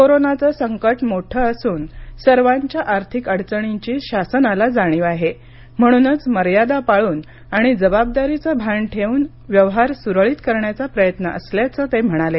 कोरोनाचं संकट मोठे असून सर्वांच्या आर्थिक अडचणींची शासनाला जाणीव आहे म्हणूनच मर्यादा पाळून आणि जबाबदारीचं भान ठेवून व्यवहार सुरळीत करण्याचा प्रयत्न असल्याचं ते म्हणाले